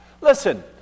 Listen